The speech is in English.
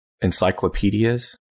encyclopedias